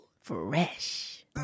Fresh